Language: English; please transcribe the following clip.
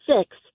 six